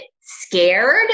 scared